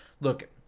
Look